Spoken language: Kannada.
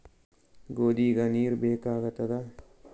ಗೋಧಿಗ ನೀರ್ ಬೇಕಾಗತದ?